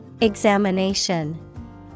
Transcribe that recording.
Examination